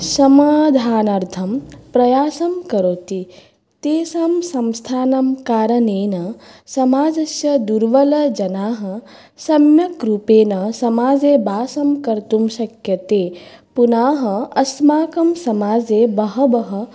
समाधानार्थं प्रयासं करोति तासां संस्थानां कारणेन समाजस्य दुर्बलजनाः सम्यग्रूपेण समाजे वासं कर्तुं शक्यते पुनः अस्माकं समाजे बहवः